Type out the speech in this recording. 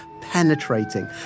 penetrating